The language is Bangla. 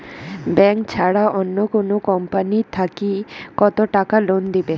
ব্যাংক ছাড়া অন্য কোনো কোম্পানি থাকি কত টাকা লোন দিবে?